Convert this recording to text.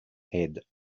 head